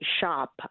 shop